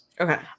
okay